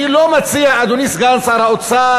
אני לא מציע, אדוני סגן שר האוצר,